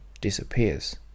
disappears